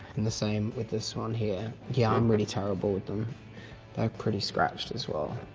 and the same with this one here. yeah i'm really terrible with them. they're pretty scratched as well.